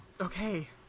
okay